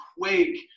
quake